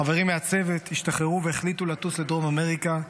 חברים מהצוות השתחררו והחליטו לטוס לדרום אמריקה,